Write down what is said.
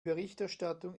berichterstattung